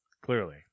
clearly